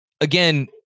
again